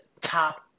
top